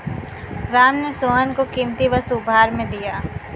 राम ने सोहन को कीमती वस्तु उपहार में दिया